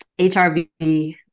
hrv